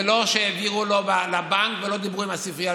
זה לא שהעבירו לבנק ולא דיברו עם הספרייה.